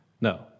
No